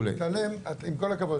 אבל עם כל הכבוד,